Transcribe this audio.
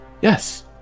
Yes